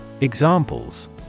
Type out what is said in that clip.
Examples